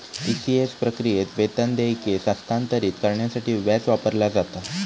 ECS प्रक्रियेत, वेतन देयके हस्तांतरित करण्यासाठी व्याज वापरला जाता